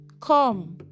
come